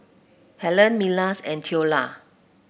Helene Milas and Theola